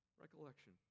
recollection